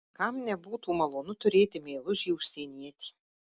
kam nebūtų malonu turėti meilužį užsienietį